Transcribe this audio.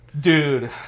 Dude